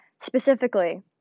specifically